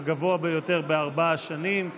היה הגבוה ביותר בארבע שנים האחרונות,